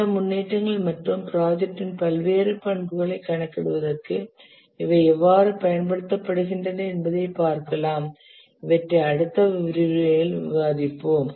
இந்த முன்னேற்றங்கள் மற்றும் ப்ராஜெக்டின் பல்வேறு பண்புகளை கணக்கிடுவதற்கு இவை எவ்வாறு பயன்படுத்தப்படுகின்றன என்பதைப் பார்க்கலாம் இவற்றை அடுத்த விரிவுரையில் விவாதிப்போம்